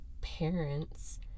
parents